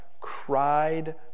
cried